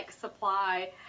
supply